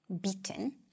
beaten